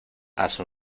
hace